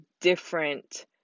different